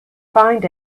find